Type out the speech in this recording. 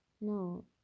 No